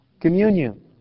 Communion